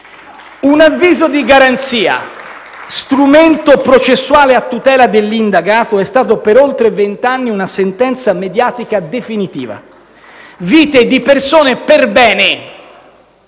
Un avviso di garanzia, strumento processuale a tutela dell'indagato, è stato per oltre vent'anni una sentenza mediatica definitiva. Vite di persone perbene,